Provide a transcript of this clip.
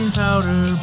powder